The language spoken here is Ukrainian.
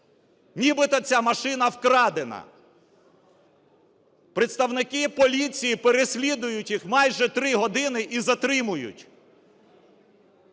Нібито ця машина вкрадена. Представники поліції переслідують їх майже три години і затримують.